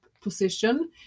position